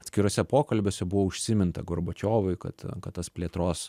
atskiruose pokalbiuose buvo užsiminta gorbačiovui kad kad tas plėtros